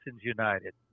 United